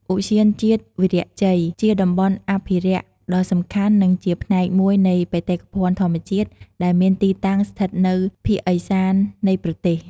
ឧទ្យានជាតិវីរៈជ័យ ជាតំបន់អភិរក្សដ៏សំខាន់និងជាផ្នែកមួយនៃបេតិកភណ្ឌធម្មជាតិដែលមានទីតាំងស្ថិតនៅភាគឦសាននៃប្រទេស។